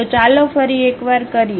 તો ચાલો ફરી એક વાર કરીએ